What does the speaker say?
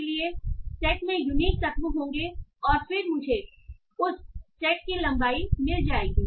इसलिए सेट में यूनीक तत्व होंगे और फिर मुझे उस सेट की लंबाई मिल जाएगी